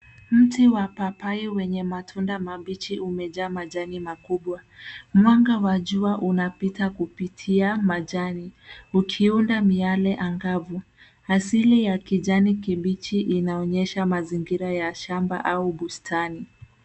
Mti wa papai wenye matunda mabichi umejaa majani makubwa. Mwanga wa jua unapita kupitia majani, ukiunda miyale angavu. Asili ya kijani kibichi inaonyesha mazingira ya shamba au bustani.